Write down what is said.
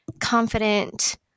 confident